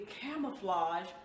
camouflage